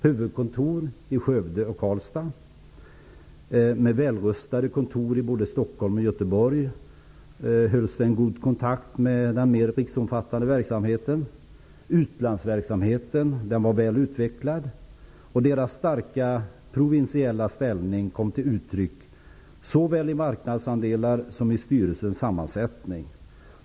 Huvudkontoren låg i Skövde och Karlstad, och man hade välrustade kontor i både Stockholm och Göteborg, där man höll kontakt med den riksomfattande verksamheten. Utlandsverksamheten var väl utvecklad. Bankernas starka provinsiella ställning kom till uttryck såväl i marknadsandelar som i styrelsernas sammansättning.